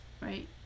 right